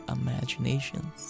imagination